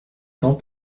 plans